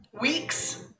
weeks